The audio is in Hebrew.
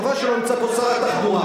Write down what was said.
חבל שלא נמצא פה שר התחבורה,